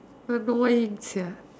annoying sia